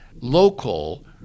local